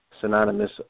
synonymous